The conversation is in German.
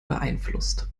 beeinflusst